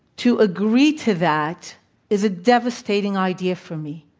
to agree to that is a devastating idea for me,